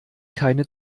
keine